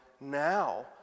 now